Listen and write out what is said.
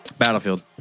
Battlefield